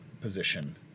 position